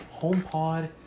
HomePod